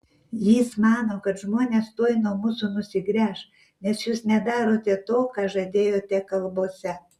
jis mano kad žmonės tuoj nuo mūsų nusigręš nes jūs nedarote to ką žadėjote kalbose